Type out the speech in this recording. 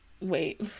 Wait